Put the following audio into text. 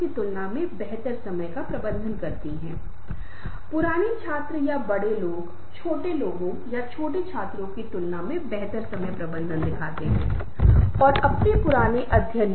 किस क्रम में आप उन्हें स्थानिक या अस्थायी रूप से किस स्थिति में रखते हैं यह बहुत महत्वपूर्ण है क्योंकि ऑडियंस के आधार पर इसमें हेरफेर किया जा सकता है इसे संशोधित किया जा सकता है आज मैं इसे एक पहेली के रूप में रख रहा हूं